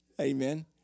amen